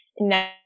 Now